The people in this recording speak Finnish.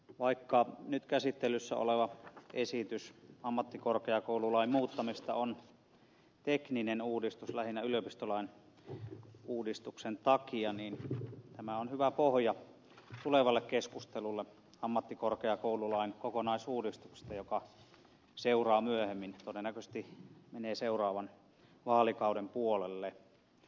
vaikka nyt käsittelyssä oleva esitys ammattikorkeakoululain muuttamisesta on tekninen uudistus lähinnä yliopistolain uudistuksen takia niin tämä on hyvä pohja tulevalle keskustelulle ammattikorkeakoululain kokonaisuudistuksesta joka seuraa myöhemmin todennäköisesti menee seuraavan vaalikauden puolelle